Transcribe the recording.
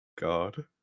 God